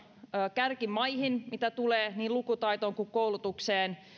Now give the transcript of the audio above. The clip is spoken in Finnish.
kärkimaihin mitä tulee niin lukutaitoon kuin koulutukseen